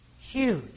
Huge